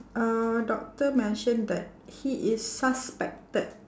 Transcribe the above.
uh doctor mentioned that he is suspected